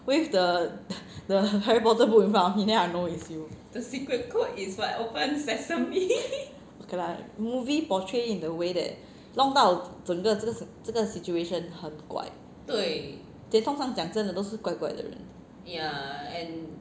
wave the the harry potter book in front of me then I know it's you ok lah movie portray in a way that 弄到整个这个 situation 很怪 then 通常讲真的都是怪怪的人